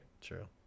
True